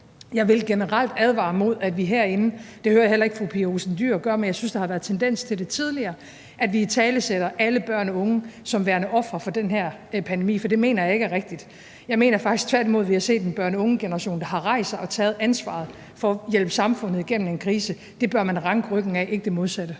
Jeg vil generelt advare imod, at vi herinde – og det hører jeg heller ikke fru Pia Olsen Dyhr gør, men jeg synes, der har været tendens til det tidligere – italesætter alle børn og unge som værende ofre for den her pandemi, for det mener jeg ikke er rigtigt. Jeg mener faktisk tværtimod, at vi har set en børne- og ungegeneration, der har rejst sig og har taget ansvaret for at hjælpe samfundet igennem en krise. Det bør man ranke ryggen af, ikke det modsatte.